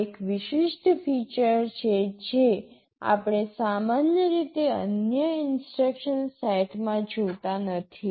આ એક વિશિષ્ટ ફીચર છે જે આપણે સામાન્ય રીતે અન્ય ઇન્સટ્રક્શન સેટમાં જોતા નથી